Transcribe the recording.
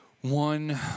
one